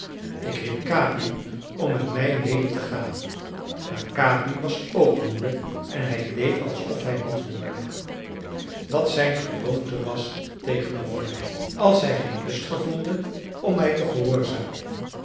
ik riep capi om met mij mede te gaan maar capi was ook moede en hij deed alsof hij niet hoorde wat zijn gewoonte was tegenover mij als hij geen lust gevoelde om mij te gehoorzamen